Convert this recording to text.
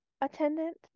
attendant